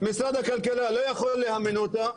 משרד הכלכלה לא יכול אמינותה,